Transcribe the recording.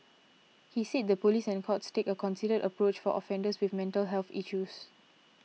he said the police and courts take a considered approach for offenders with mental health issues